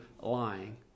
lying